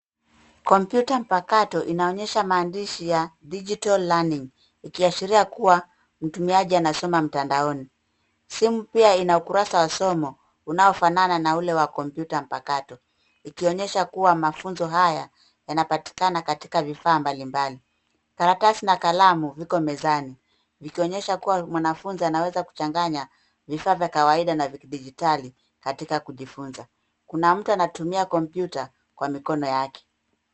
Kompyuta mpakato inaonyesha maandishi ya digital learning , ikiashiria kuwa mtumiaji anasoma mtandaoni. Simu pia ina ukurasa wa somo unaofanana na ule wa kompyuta mpakato. Ikionyesha kuwa mafunzo haya yanapatikana katika vifaa mbalimbali. Karatasi na kalamu viko mezani, vikionyesha kuwa mwanafunzi anaweza kuchanganya vifaa vya kawaida na vya kidijitali katika kujifunza. Kuna mtu anatumia kompyuta kwa mikono yake.